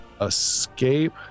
escape